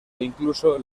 incluso